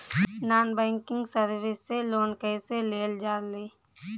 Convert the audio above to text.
Non banking service से loan कैसे लेल जा ले?